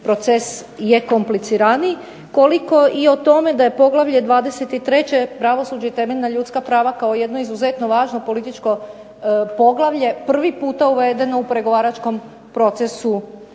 proces je kompliciraniji koliko i o tome da je poglavlje 23. Pravosuđe i temeljna ljudska prava kao jedno izuzetno važno političko poglavlje prvi puta uvedeno u pregovaračkom procesu